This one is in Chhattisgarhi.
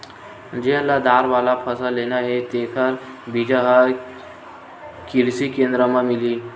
जेन ल दार वाला फसल लेना हे तेखर बीजा ह किरसी केंद्र म मिलही